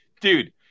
Dude